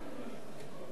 הכנסת,